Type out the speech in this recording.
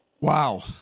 Wow